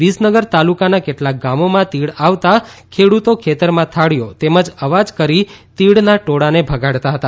વીસનગર તાલુકાના કેટલાંક ગામડાઓમાં તીડ આવતા ખેડૂતો ખેતરમાં થાળીઓ તેમઝ અવાજ કરી તીડના ટોળાને ભગાડતા હતા